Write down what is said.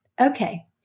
Okay